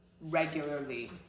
regularly